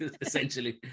essentially